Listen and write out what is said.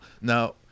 now